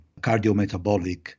cardiometabolic